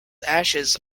ashes